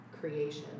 creation